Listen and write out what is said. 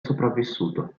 sopravvissuto